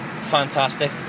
fantastic